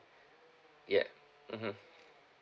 ya mmhmm